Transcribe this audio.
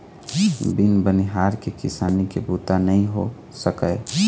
बिन बनिहार के किसानी के बूता नइ हो सकय